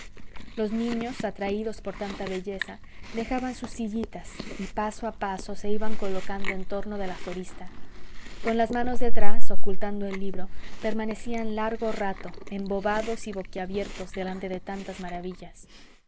los niños atraídos por tanta belleza dejaban sus sillitas y paso a paso se iban colocando en torno de la florista con las manos detrás ocultando el libro permanecían largo rato embobados y boquiabiertos delante de tantas maravillas